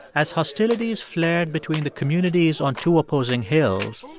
as hostilities flared between the communities on two opposing hills,